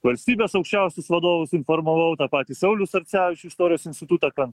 valstybės aukščiausius vadovus informavau tą patį saulių sarcevičių iš istorijos instituto ten